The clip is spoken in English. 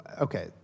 okay